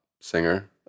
singer